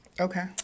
Okay